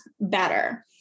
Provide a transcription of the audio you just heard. better